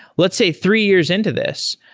let's say three years into this,